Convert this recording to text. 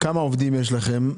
כמה עובדים יש לכם?